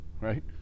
right